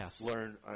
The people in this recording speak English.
learn